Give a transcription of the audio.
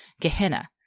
Gehenna